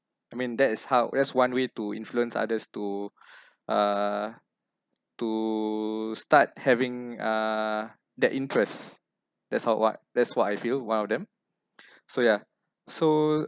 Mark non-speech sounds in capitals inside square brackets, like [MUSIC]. I mean that is how that's one way to influence others to [BREATH] uh to start having uh that interest that's how what that's what I feel one of them [BREATH] so yeah so